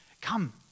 Come